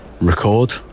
record